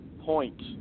point